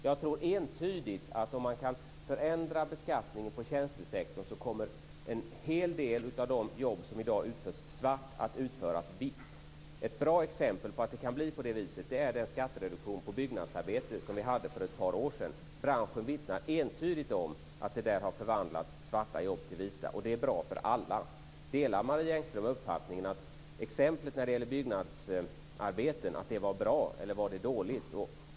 Jag tror entydigt att om man kan förändra beskattningen på tjänstesektorn kommer en hel del av de jobb som i dag utförs svart att utföras vitt. Ett bra exempel på att det kan bli på det viset är den skattereduktion på byggnadsarbete som vi hade för ett par år sedan. Branschen vittnar entydigt om att det förvandlat svarta jobb till vita. Det är bra för alla. Delar Marie Engström uppfattningen att exemplet när det gäller byggnadsarbeten var bra? Eller var det dåligt?